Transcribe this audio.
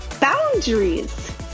boundaries